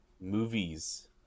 movies